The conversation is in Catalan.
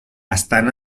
estan